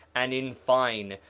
and in fine,